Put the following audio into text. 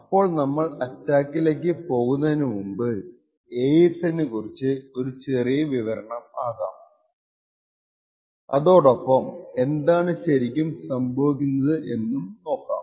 അപ്പോൾ നമ്മൾ അറ്റാക്കിലേക്കു പോകുന്നതിനു മുമ്പ് AES - നേകുറിച്ച് ഒരു ചെറിയ വിവരണം ആകാം അതോടൊപ്പം എന്താണ് ശരിക്കും സംഭവിക്കുന്നത് എന്നും നോക്കാം